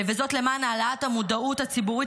וזאת למען העלאת המודעות הציבורית